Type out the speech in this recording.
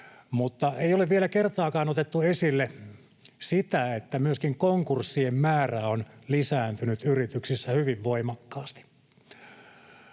mutta ei ole vielä kertaakaan otettu esille sitä, että myöskin konkurssien määrä on lisääntynyt yrityksissä hyvin voimakkaasti.